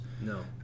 No